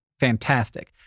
fantastic